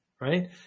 right